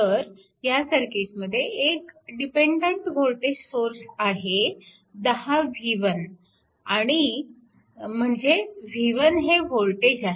तर ह्या सर्किटमध्ये एक डिपेन्डन्ट वोल्टेज सोर्स आहे 10 v1 आणि म्हणजे v1 हे वोल्टेज आहे